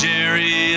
Jerry